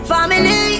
Family